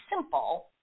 simple